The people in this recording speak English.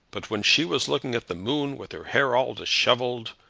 but when she was looking at the moon, with her hair all dishevelled,